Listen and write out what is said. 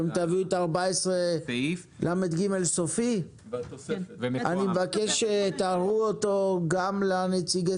תביאו נוסח סופי לסעיף 14לג. אני מבקש שתראו אותו גם לנציגי